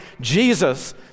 Jesus